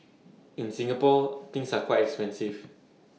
in Singapore things are quite expensive